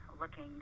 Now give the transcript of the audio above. looking